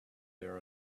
there